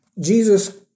Jesus